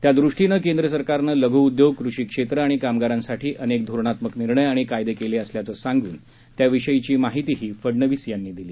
यादृष्टीनं केंद्र सरकारनं लघु उद्योग कृषी क्षेत्र आणि कामगारांसाठी अनेक धोरणात्मक निर्णय आणि कायदे केले असल्याचं सांगून त्याविषयीची माहितीही फडनवीस यांनी दिली